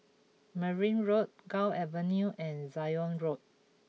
Merryn Road Gul Avenue and Zion Road